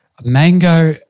mango